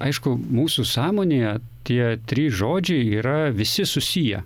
aišku mūsų sąmonėje tie trys žodžiai yra visi susiję